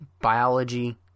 biology